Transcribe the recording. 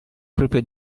proprio